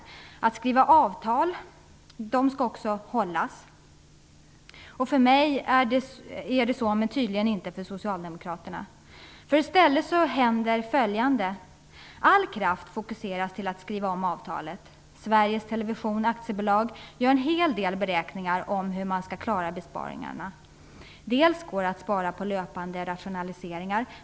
När man skriver avtal skall de också hållas. För mig är det så men tydligen inte för socialdemokraterna. I stället händer följande. All kraft fokuseras till att skriva om avtalet. Sveriges Television AB gör en hel del beräkningar om hur man skall klara besparingarna. Delvis går det att spara genom löpande rationaliseringar.